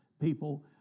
people